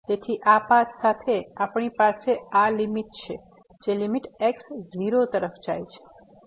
તેથી આ પાથ સાથે આપણી પાસે આ લીમીટ છે જે લીમીટ x 0 તરફ જાય છે